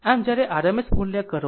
આમ જ્યારે RMS મૂલ્ય કરો